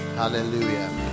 hallelujah